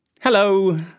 Hello